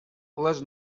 les